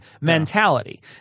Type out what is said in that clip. mentality